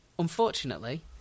Unfortunately